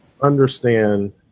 understand